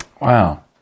Wow